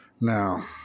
now